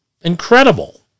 Incredible